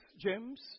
James